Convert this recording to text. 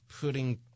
putting